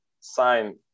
sign